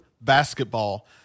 Basketball